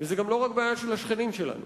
וזו לא רק בעיה של השכנים שלנו.